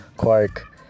quark